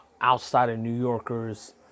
outside-of-New-Yorkers